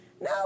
No